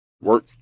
Work